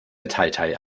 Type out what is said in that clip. metallteil